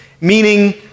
meaning